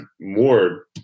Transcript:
more